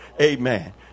Amen